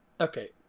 okay